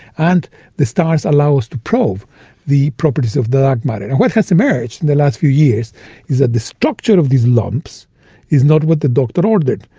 and the stars allow us to probe the properties of the dark matter. what has emerged in and the last few years is that the structure of these lumps is not what the doctor ordered,